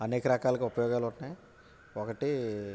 అనేక రకాలుగా ఉపయోగాలు ఉన్నాయి ఒకటి